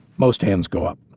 most hands go up.